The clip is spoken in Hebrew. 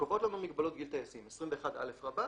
שקובעות לנו מגבלות גיל טייסים: 21א רבא